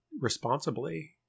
responsibly